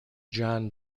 john